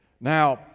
Now